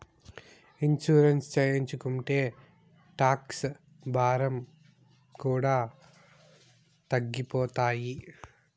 insurance చేయించుకుంటే tax భారం కూడా తగ్గిపోతాయి